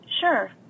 Sure